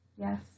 Yes